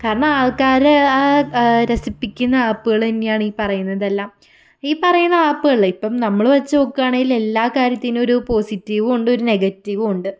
കാരണം ആൾക്കാർ ആ രസിപ്പിക്കുന്ന ആപ്പുകൾ തന്നെയാണ് ഈ പറയുന്നത് എല്ലാം ഈ പറയുന്ന ആപ്പുകളെ ഇപ്പം നമ്മൾ വെച്ച് നോക്കുകയാണെങ്കിൽ എല്ലാ കാര്യത്തിനും ഒരു പോസിറ്റീവും ഉണ്ട് ഒരു നെഗറ്റീവും ഉണ്ട്